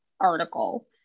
article